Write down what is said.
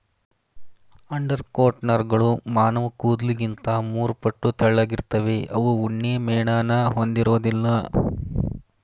undercoat ನಾರ್ಗಳು ಮಾನವಕೂದ್ಲಿಗಿಂತ ಮೂರುಪಟ್ಟು ತೆಳ್ಳಗಿರ್ತವೆ ಅವು ಉಣ್ಣೆಮೇಣನ ಹೊಂದಿರೋದಿಲ್ಲ